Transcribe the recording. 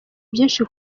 byinshi